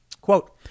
Quote